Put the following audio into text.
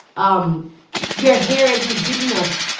um your hair isn't good enough.